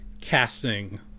casting